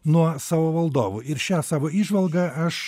nuo savo valdovų ir šią savo įžvalgą aš